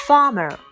Farmer